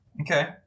Okay